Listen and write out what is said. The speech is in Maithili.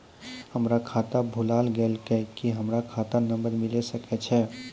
हमर खाता भुला गेलै, की हमर खाता नंबर मिले सकय छै?